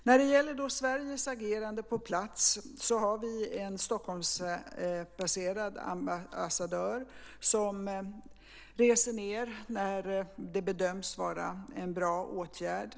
När det gäller Sveriges agerande på plats har vi en Stockholmsbaserad ambassadör som reser ned när det bedöms vara en bra åtgärd.